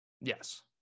Yes